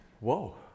whoa